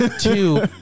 Two